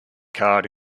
card